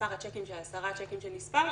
מספר הצ'קים 10 צ'קים שנספר,